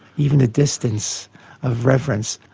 even a distance of reverence,